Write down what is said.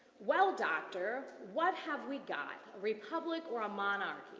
well doctor, what have we got, republic or a monarchy?